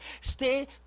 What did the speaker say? Stay